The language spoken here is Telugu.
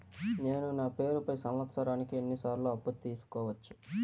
నేను నా పేరుపై సంవత్సరానికి ఎన్ని సార్లు అప్పు తీసుకోవచ్చు?